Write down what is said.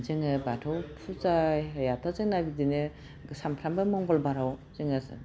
जोङो बाथौ फुजायाथ' जोंना बिदिनो सामफ्रामबो मंगलबाराव जोङो